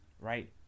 Right